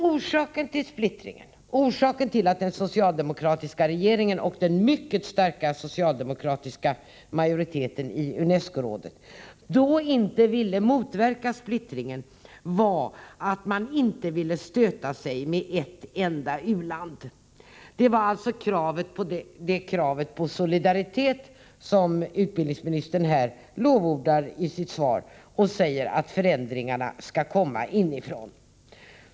Orsaken till splittringen och till att den socialdemokratiska regeringen och den mycket starka socialdemokratiska majoriteten i Unescorådet då inte ville motverka splittringen var att man inte ville stöta sig med ett enda u-land. Det var alltså det krav på solidaritet som utbildningsministern lovordar i sitt svar när hon säger att förändringarna skall komma inifrån.